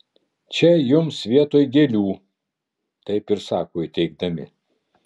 čia jums vietoj gėlių taip ir sako įteikdami